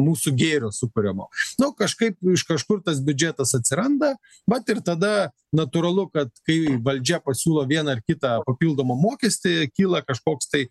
mūsų gėrio sukuriamo nu kažkaip iš kažkur tas biudžetas atsiranda mat ir tada natūralu kad kai valdžia pasiūlo vieną ar kitą papildomą mokestį kyla kažkoks tai